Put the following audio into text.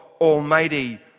Almighty